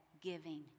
giving